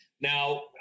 Now